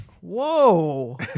Whoa